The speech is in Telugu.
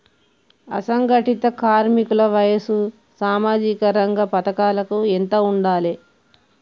అసంఘటిత కార్మికుల వయసు సామాజిక రంగ పథకాలకు ఎంత ఉండాలే?